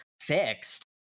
fixed